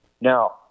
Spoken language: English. Now